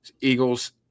Eagles